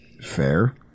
Fair